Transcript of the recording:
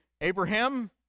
Abraham